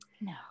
No